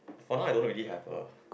for now I don't really have a